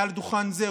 מעל דוכן זה,